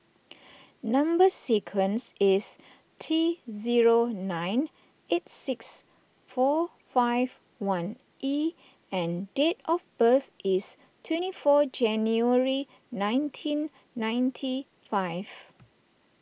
Number Sequence is T zero nine eight six four five one E and date of birth is twenty four January nineteen ninety five